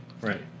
right